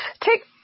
Take